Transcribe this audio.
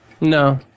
No